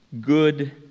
good